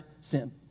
sin